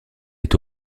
est